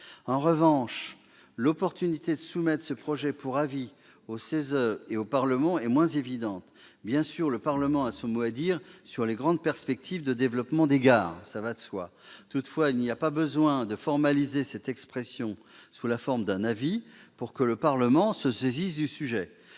En revanche, l'opportunité de soumettre ce projet pour avis au CESE et au Parlement est moins évidente. Bien sûr, cela va de soi, le Parlement a son mot à dire sur les grandes perspectives de développement des gares. Toutefois, il n'y a pas besoin de formaliser cette expression en avis pour que le Parlement se saisisse du sujet.